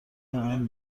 امن